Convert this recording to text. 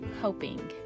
hoping